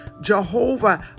Jehovah